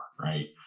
Right